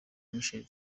michael